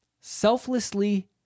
selflessly